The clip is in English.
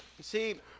See